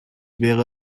wäre